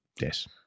yes